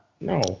No